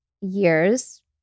years